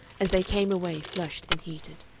as they came away flushed and heated.